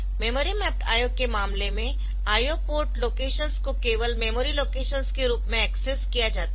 memory mapped IO के मामले में IO पोर्ट लोकेशंस को केवल मेमोरी लोकेशंस के रूप में एक्सेस किया जाता है